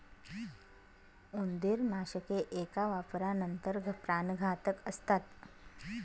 उंदीरनाशके एका वापरानंतर प्राणघातक असतात